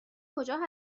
کجا